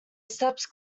steps